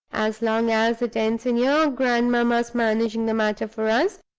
as long as it ends in your grandmamma's managing the matter for us,